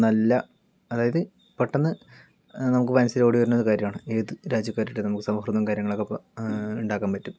നല്ല അതായത് പെട്ടന്ന് നമുക്ക് മനസ്സിൽ ഓടിവരുന്ന കാര്യമാണ് ഏത് രാജ്യക്കാരുമായിട്ട് നമുക്ക് സൗഹൃദവും കാര്യവും ഉണ്ടാക്കാൻ പറ്റും